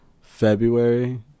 February